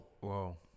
Whoa